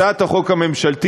הצעת החוק הממשלתית,